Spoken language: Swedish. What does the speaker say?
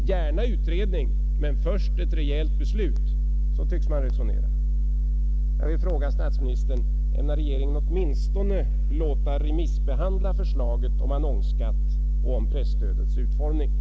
”Gärna utredning men först ett rejält beslut”, så tycks man resonera. Jag vill fråga statsministern: Ämnar regeringen åtminstone låta remissbehandla förslaget om annonsskatt och om presstödets utformning?